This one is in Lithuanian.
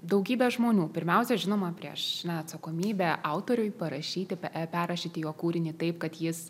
daugybę žmonių pirmiausia žinoma prieš na atsakomybę autoriui parašyti pe perrašyti jo kūrinį taip kad jis